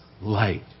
light